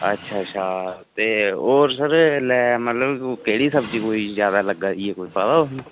अच्छा अच्छा ते होर सर एल्लै केह्ड़ी सब्जी कोई ज्यादा लग्गा दी ऐ कोई पता तुहेंगी